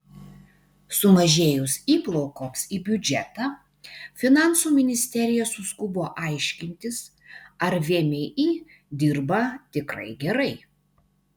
sumažėjus įplaukoms į biudžetą finansų ministerija suskubo aiškintis ar vmi dirba tikrai gerai